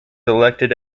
elected